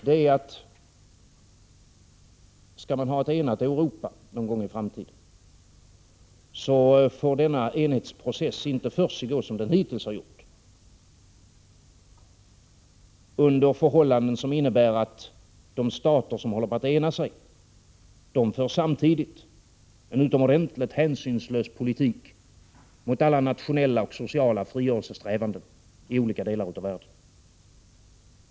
Om man skall ha ett enat Europa någon gång i framtiden, får denna enhetsprocess inte försiggå som den hittills har gjort, dvs. under förhållanden som innnebär att de stater som håller på att ena sig samtidigt för en utomordentligt hänsynslös politik mot alla nationella och sociala frigörelsesträvanden i olika delar av världen.